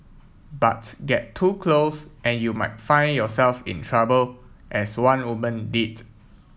but get too close and you might find yourself in trouble as one woman did